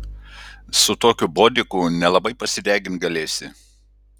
su tokiu bodiku nelabai pasidegint galėsi